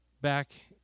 back